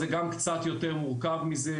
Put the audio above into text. לא, זה גם קצת יותר מורכב מזה.